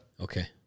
Okay